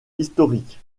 historique